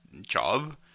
job